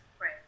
Right